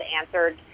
answered